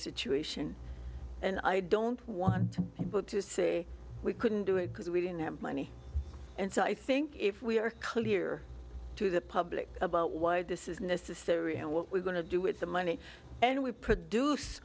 situation and i don't want people to say we couldn't do it because we didn't have money and so i think if we are clear to the public about why this is necessary and what we're going to do with the money and we produce